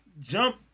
jump